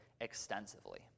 extensively